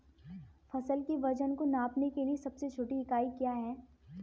फसल के वजन को नापने के लिए सबसे छोटी इकाई क्या है?